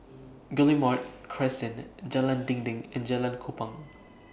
Guillemard Crescent Jalan Dinding and Jalan Kupang